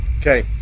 Okay